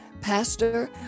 pastor